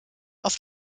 auf